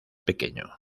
pequeño